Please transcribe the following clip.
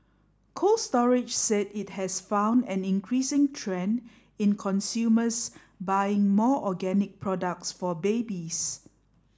Cold Storage said it has found an increasing trend in consumers buying more organic products for babies